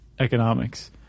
Economics